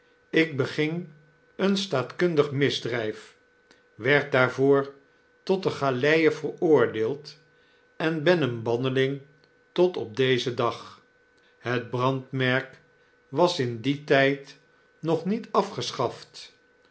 ik beging een staatkundig misdryf werd daarvoor tot de galeien veroordeeld en ben een banneling tot op dezen dag het brandmerk was in dien tijd nog niet afgeschaft